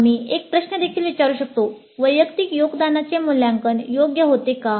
आम्ही एक प्रश्न देखील विचारू शकतो वैयक्तिक योगदानाचे मूल्यांकन योग्य होते का